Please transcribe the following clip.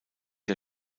der